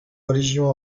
religions